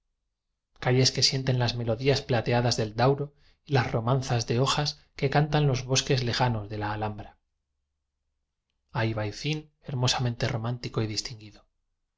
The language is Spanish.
calles que sienten las melodías plateadas del dauro y las romanzas de hojas que cantan ios bosques lejanos de la alhambra albayzín hermosamente román tico y distinguido